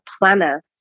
planner